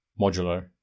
modular